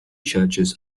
churches